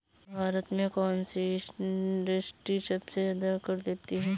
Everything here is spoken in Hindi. भारत में कौन सी इंडस्ट्री सबसे ज्यादा कर देती है?